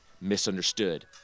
misunderstood